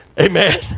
amen